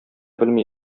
белми